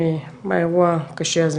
באירוע הקשה הזה,